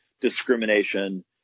discrimination